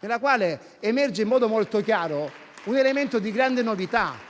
dalla quale emerge in modo molto chiaro un elemento di grande novità.